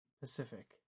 Pacific